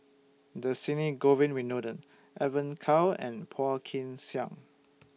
Dhershini Govin Winodan Evon Kow and Phua Kin Siang